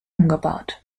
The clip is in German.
umgebaut